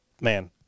man